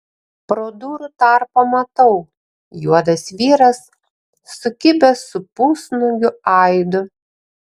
pro durų tarpą matau juodas vyras sukibęs su pusnuogiu aidu